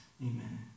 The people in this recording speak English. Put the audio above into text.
amen